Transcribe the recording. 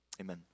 Amen